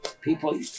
people